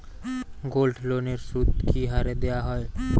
গোল্ডলোনের সুদ কি হারে দেওয়া হয়?